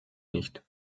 nicht